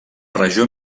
regió